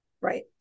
Right